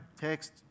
text